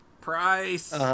Price